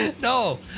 No